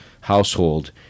household